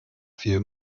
few